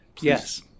Yes